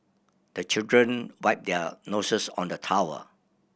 the children wipe their noses on the towel